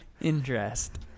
Interest